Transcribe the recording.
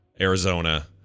Arizona